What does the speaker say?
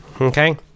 Okay